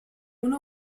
una